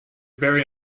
very